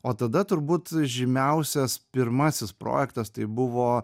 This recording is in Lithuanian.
o tada turbūt žymiausias pirmasis projektas tai buvo